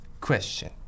Question